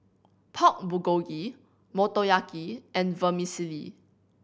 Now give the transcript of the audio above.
Pork Bulgogi Motoyaki and Vermicelli